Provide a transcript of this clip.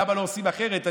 למה לא עושים אחרת,